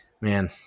man